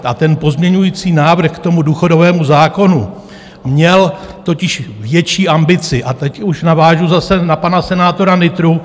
A ten pozměňovací návrh k důchodovému zákonu měl totiž větší ambici, teď už navážu zase na pana senátora Nytru.